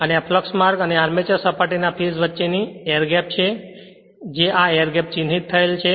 અને આ ફ્લક્ષ માર્ગ અને આર્મચર સપાટીના ફેજ વચ્ચેની એર ગેપ છે જે આ એર ગેપ ચિહ્નિત થયેલ છે